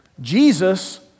Jesus